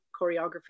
choreography